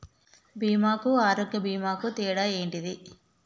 బీమా కు ఆరోగ్య బీమా కు తేడా ఏంటిది?